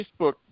Facebook